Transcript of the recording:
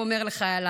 הוא אומר לחייליו,